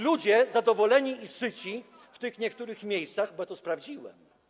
Ludzie zadowoleni i syci w tych niektórych miejscach, bo to sprawdziłem.